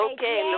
Okay